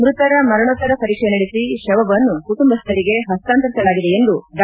ಮೃತರ ಮರಣೋತ್ತರ ಪರೀಕ್ಷೆ ನಡೆಸಿ ಶವವನ್ನು ಕುಟುಂಬಸ್ಥರಿಗೆ ಹಸ್ತಾಂತರಿಸಲಾಗಿದೆ ಎಂದು ಡಾ